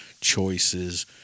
choices